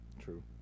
true